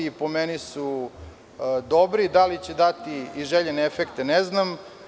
Po meni su dobri, da li će dati i željene efekte, ne znam.